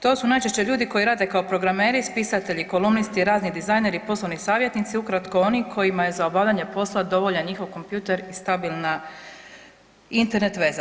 To su najčešće ljudi koji rade kao programeri, spisatelji, kolumnisti, razni dizajneri, poslovni savjetnici, ukratko oni kojima je za obavljanje posla dovoljan njihov kompjuter i stabilna Internet veza.